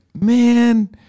man